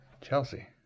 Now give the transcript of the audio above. Chelsea